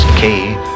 cave